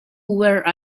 where